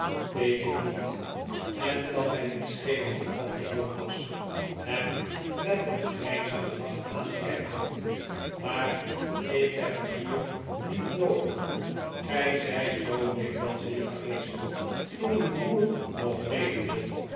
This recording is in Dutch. weet ik niet en kan mij niet schelen hervatte jonas hem met een grijnzenden lach aankijkend tj maar ik heb u hier niet noodig gij zijt zoo dikwijls hier geweest toen uw broer nog leefde